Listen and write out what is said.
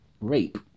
rape